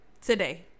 today